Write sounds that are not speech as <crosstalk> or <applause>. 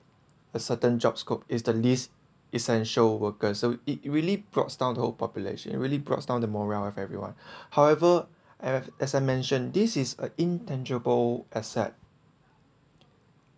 a certain job scope is the least essential workers so it really broughts down the whole population really broughts down the morale of everyone <breath> however as as I mentioned this is a intangible asset